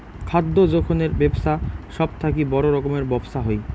খাদ্য যোখনের বেপছা সব থাকি বড় রকমের ব্যপছা হই